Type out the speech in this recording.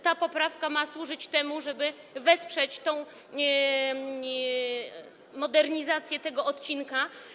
Ta poprawka ma służyć temu, żeby wesprzeć modernizację tego odcinka.